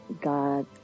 God